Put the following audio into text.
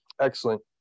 Excellent